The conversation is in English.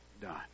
done